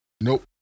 Nope